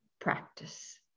practice